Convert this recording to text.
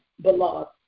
beloved